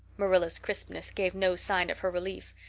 marilla's crispness gave no sign of her relief.